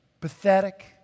pathetic